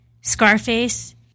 Scarface